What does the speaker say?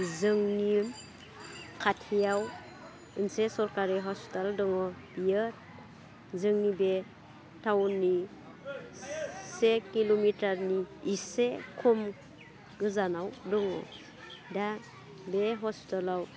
जोंनि खाथियाव ओनसे सरकारि हस्पिटाल दङ बियो जोंनि बे टावननि से किल'मिटारनि इसे खम गोजानाव दङ दा बे हस्पिटालाव